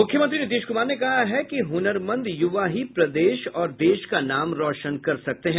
मुख्यमंत्री नीतीश कुमार ने कहा है कि हनरमंद यूवा ही प्रदेश और देश का नाम रौशन कर सकते हैं